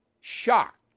shocked